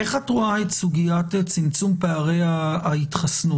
איך את רואה את סוגיית צמצום פערי ההתחסנות?